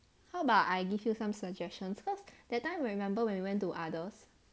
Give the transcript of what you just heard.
how about I give you some suggestions cause that time when we remember when we went to others